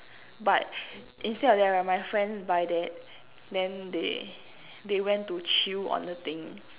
but instead of that right my friends buy that then they they went to chew on the thing